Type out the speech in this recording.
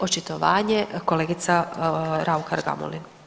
Očitovanje kolegica Raukar Gamulin.